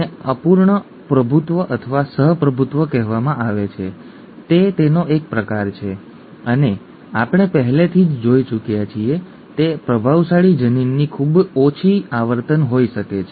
તેને અપૂર્ણ પ્રભુત્વ અથવા સહ પ્રભુત્વ કહેવામાં આવે છે તે તેનો એક પ્રકાર છે અને આપણે પહેલેથી જ જોઈ ચૂક્યા છીએ તે પ્રભાવશાળી જનીનની ખૂબ ઓછી આવર્તન હોઈ શકે છે